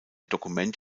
dokument